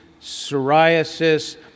psoriasis